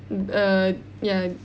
err ya